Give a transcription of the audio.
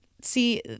See